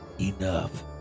enough